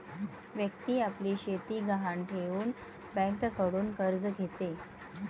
व्यक्ती आपली शेती गहाण ठेवून बँकेकडून कर्ज घेते